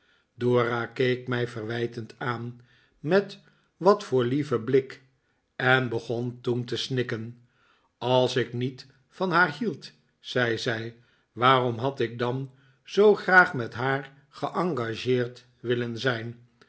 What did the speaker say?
dora keek mij verwijtend aan met wat voor lieven blik en begon toen te snikken als ik niet van haar hield zei zij waarom had ik dan zoo graag met haar geengageerd willen zijn